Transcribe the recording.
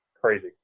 crazy